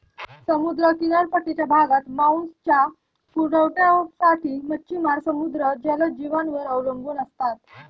समुद्र किनारपट्टीच्या भागात मांसाच्या पुरवठ्यासाठी मच्छिमार समुद्री जलजीवांवर अवलंबून असतात